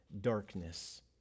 darkness